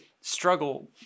struggle